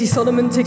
Solomon